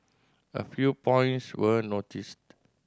a few points we noticed